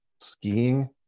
skiing